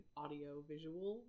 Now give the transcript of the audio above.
audio-visual